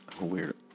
weird